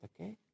Okay